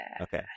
Okay